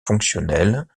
fonctionnelles